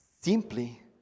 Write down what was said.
Simply